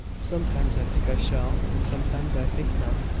sometimes i think i shall, and sometimes i think not.